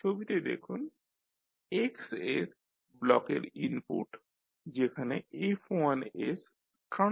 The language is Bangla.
ছবিতে দেখুন X ব্লকের ইনপুট যেখানে F1 ট্রান্সফার ফাংশন